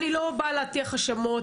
אני לא באה להטיח האשמות,